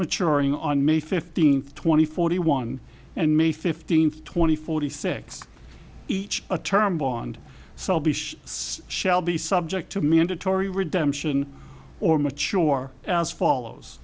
maturing on may fifteenth twenty forty one and may fifteenth twenty forty six each a term bond shall be subject to mandatory redemption or mature as follows